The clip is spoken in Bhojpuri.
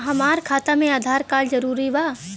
हमार खाता में आधार कार्ड जरूरी बा?